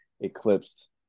eclipsed